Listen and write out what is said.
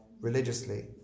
religiously